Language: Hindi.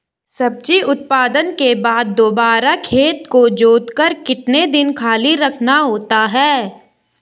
सब्जी उत्पादन के बाद दोबारा खेत को जोतकर कितने दिन खाली रखना होता है?